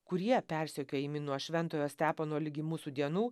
kurie persekiojami nuo šventojo stepono ligi mūsų dienų